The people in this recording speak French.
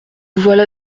voilà